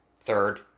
third